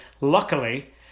luckily